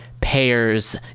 Payers